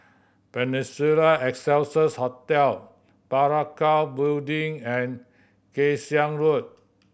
Peninsula Excelsiors Hotel Parakou Building and Kay Siang Road